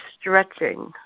stretching